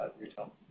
retail